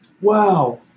Wow